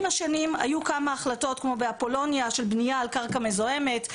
עם השנים היו כמה החלטות כמו באפולוניה של בניה על קרקע מזוהמת,